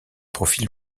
profit